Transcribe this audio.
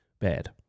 bad